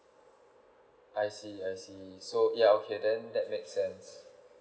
I see I see so yeah okay then that makes sense